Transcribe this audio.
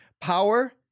power